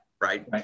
right